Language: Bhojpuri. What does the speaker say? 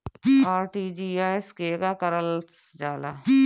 आर.टी.जी.एस केगा करलऽ जाला?